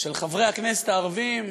של חברי הכנסת הערבים,